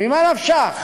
ממה נפשך,